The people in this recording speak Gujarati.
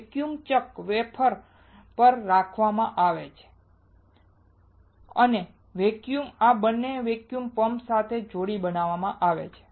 વેફર વેક્યુમ ચક પર રાખવામાં આવે છે અને આ વેક્યૂમ આ બંનેને વેક્યૂમ પંપ સાથે જોડીને બનાવવામાં આવે છે